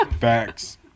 Facts